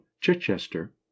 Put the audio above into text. Chichester